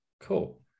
Cool